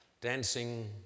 Dancing